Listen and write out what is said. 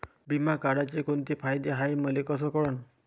बिमा काढाचे कोंते फायदे हाय मले कस कळन?